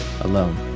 alone